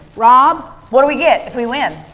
rob. what do we get if we win?